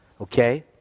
Okay